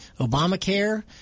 Obamacare